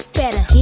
better